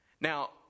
now